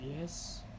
Yes